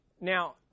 Now